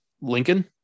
Lincoln